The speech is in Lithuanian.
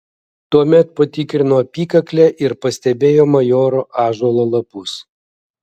tuomet patikrino apykaklę ir pastebėjo majoro ąžuolo lapus